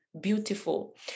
Beautiful